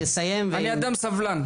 אני אדם סבלן.